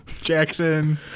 Jackson